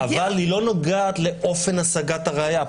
אבל היא לא נוגעת לאופן השגת הראיה.